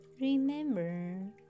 Remember